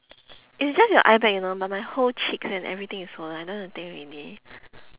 it's just your eye bag you know but my whole cheeks and everything is swollen I don't want to take already